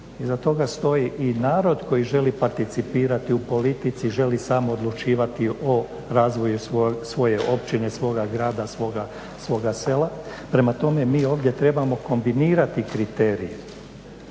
Iza toga stoji i narod koji želi participirati u politici, želi sam odlučivati o razvoju svoje općine, svoga grada, svoga sela. Prema tome, mi ovdje trebamo kombinirati kriterije